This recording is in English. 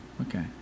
Okay